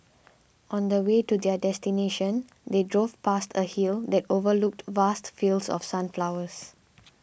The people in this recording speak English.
on the way to their destination they drove past a hill that overlooked vast fields of sunflowers